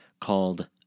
called